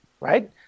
right